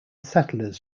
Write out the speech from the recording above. settlers